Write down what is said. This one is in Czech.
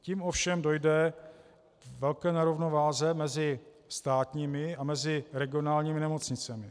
Tím ovšem dojde k velké nerovnováze mezi státními a regionálními nemocnicemi.